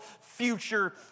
future